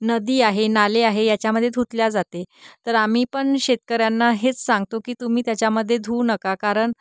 नदी आहे नाले आहे याच्यामध्ये धुतल्या जाते तर आम्ही पण शेतकऱ्यांना हेच सांगतो की तुम्ही त्याच्यामध्ये धुवू नका कारण